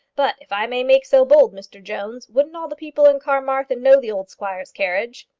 but if i may make so bold, mr jones wouldn't all the people in carmarthen know the old squire's carriage?